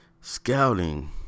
Scouting